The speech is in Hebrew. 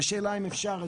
השאלה היא האם אפשר,